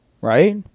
right